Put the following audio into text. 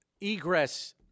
egress